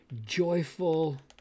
joyful